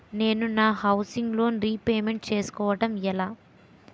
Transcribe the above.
నేను నా housing loan repayment చేసుకోవటం ఎలా?